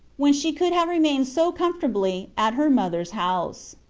when she could have remained so comfortably at her mother s house.